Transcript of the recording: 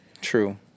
True